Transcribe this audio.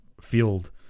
field